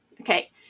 okay